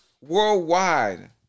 worldwide